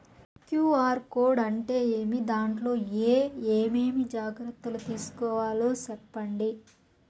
QR code అంటే ఏమి? దాంట్లో ఏ ఏమేమి జాగ్రత్తలు తీసుకోవాలో సెప్పండి?